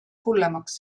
hullemaks